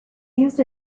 used